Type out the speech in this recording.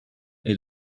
est